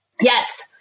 Yes